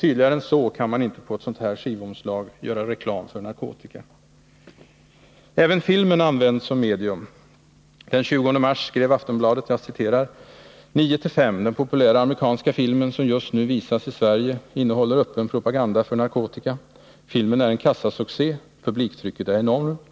Tydligare än så kan man inte på ett sådant här skivomslag göra reklam för narkotika. Även filmen används som medium. Den 20 mars skrev Aftonbladet: ”9—5, den populära amerikanska filmen som just nu visas i Sverige, innehåller öppen propaganda för narkotika. Filmen är en kassasuccé, publiktrycket är enormt.